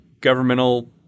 governmental